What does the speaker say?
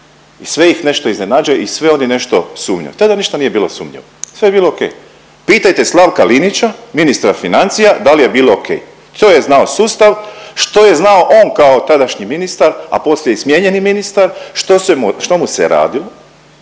i sve ih nešto iznenađuje i sve oni nešto sumnjaju. Tada ništa nije bilo sumnjivo, sve je bilo ok. Pitajte Slavka Linića ministra financija da li je bio ok, to je znao sustav, što je znao on kao tadašnji ministar, a poslije i smijenjeni ministar, što mu se radilo